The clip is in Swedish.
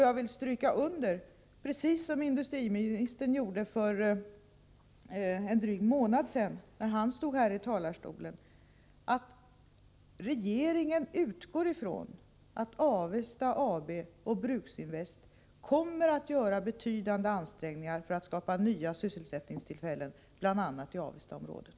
Jag vill understryka, precis som industriministern gjorde för en dryg månad sedan när han stod här i talarstolen, att regeringen utgår ifrån att Avesta AB och Bruksinvest kommer att göra betydande ansträngningar för att skapa nya sysselsättningstillfällen, bl.a. i Avestaområdet.